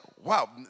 wow